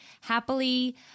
happily